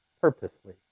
purposely